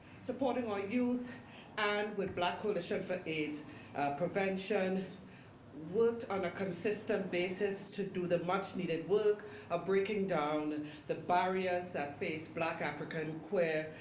supporting our youth and with black coalition for aids prevention worked on a consistent basis to do the much needed work of breaking down the barriers that face black african, queer,